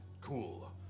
cool